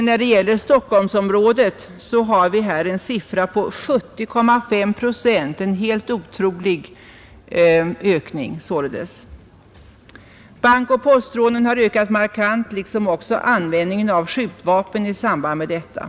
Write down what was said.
För Stockholmsområdet är siffran 70,5 procent — en helt otrolig ökning således. Bankoch postrånen har ökat markant liksom också användningen av skjutvapen i samband med dessa.